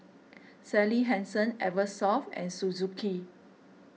Sally Hansen Eversoft and Suzuki